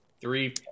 three